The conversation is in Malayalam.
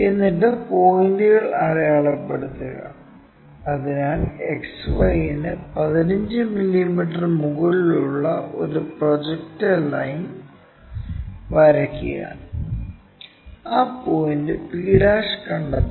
എന്നിട്ട് പോയിന്റുകൾ അടയാളപ്പെടുത്തുക അതിനാൽ XY ന് 15 മില്ലീമീറ്റർ മുകളിലുള്ള ഒരു പ്രൊജക്ടർ ലൈൻ വരയ്ക്കുക ആ പോയിന്റ് p കണ്ടെത്തുക